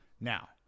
Now